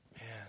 man